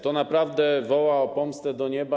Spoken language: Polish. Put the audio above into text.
To naprawdę woła o pomstę do nieba.